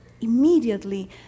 Immediately